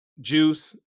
juice